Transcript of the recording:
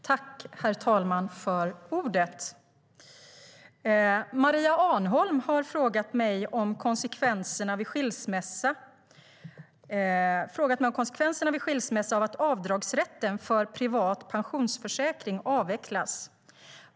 Herr talman! Maria Arnholm har frågat mig om konsekvenserna vid skilsmässa av att avdragsrätten för privat pensionsförsäkring avvecklas.